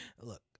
Look